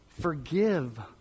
Forgive